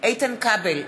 איתן כבל,